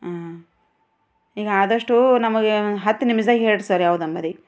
ಹಾಂ ಈಗ ಆದಷ್ಟು ನಮಗೆ ಹತ್ತು ನಿಮಿಷದಾಗೆ ಹೇಳ್ರೀ ಸರ್ ಯಾವುದಮ್ಮರಿ